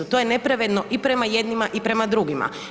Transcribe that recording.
To je nepravedno i prema jednima i prema drugima.